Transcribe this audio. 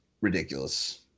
ridiculous